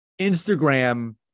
Instagram